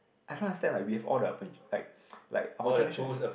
I cannot understand like we have all the like ppo like our generation is